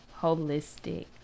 holistic